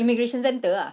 immigration centre ah